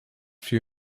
few